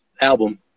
album